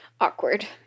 Awkward